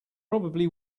probably